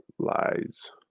Lies